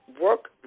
work